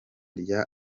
rya